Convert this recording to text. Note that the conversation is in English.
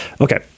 Okay